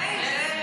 בעניין הזה,